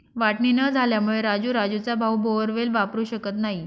वाटणी न झाल्यामुळे राजू राजूचा भाऊ बोअरवेल वापरू शकत नाही